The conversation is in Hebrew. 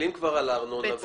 מסתכלים כבר על הארנונה?